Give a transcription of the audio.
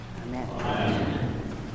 Amen